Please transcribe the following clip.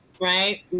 right